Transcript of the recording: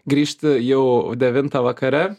grįžti jau devintą vakare